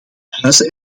huizen